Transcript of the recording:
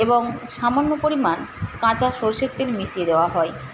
এবং সামান্য পরিমাণ কাঁচা সরষের তেল মিশিয়ে দেওয়া হয়